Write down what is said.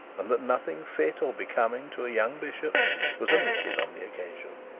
and that nothing fit or becoming to a young bishop was omitted on the occasion.